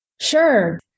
Sure